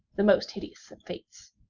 the most hideous of fates.